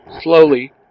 Slowly